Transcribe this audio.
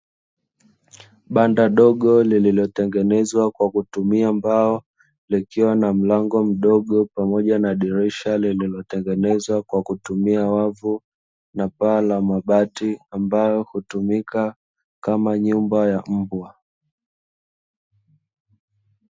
Banda dogo lililotengenezwa kwa kutumia mbao likiwa na mlango mdogo, pamoja na dirisha lililotengenezwa kwa kutumia wavu na paa la mabati, ambayo hutumika kama nyumba ya mbwa.